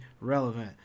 relevant